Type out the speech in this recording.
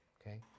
Okay